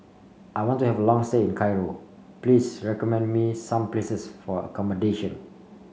I want to have a long say in Cairo please recommend me some places for accommodation